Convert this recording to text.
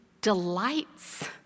delights